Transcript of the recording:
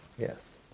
Yes